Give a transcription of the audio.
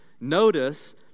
notice